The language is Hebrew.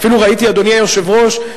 אדוני היושב-ראש,